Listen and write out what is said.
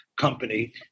company